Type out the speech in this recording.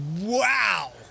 wow